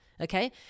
okay